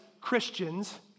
Christians